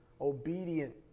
Obedient